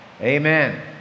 Amen